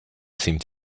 seemed